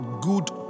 good